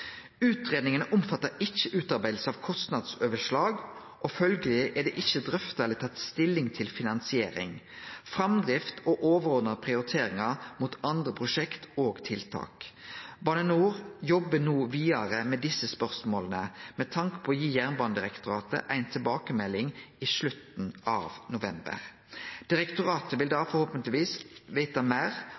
omfattar ikkje ei utarbeiding av eit kostnadsoverslag, og derfor er det ikkje drøfta eller tatt stilling til finansiering, framdrift og overordna prioriteringar mot andre prosjekt og tiltak. Bane NOR jobbar no vidare med desse spørsmåla, med tanke på å gi Jernbanedirektoratet ei tilbakemelding i slutten av november. Direktoratet vil da forhåpentlegvis veta meir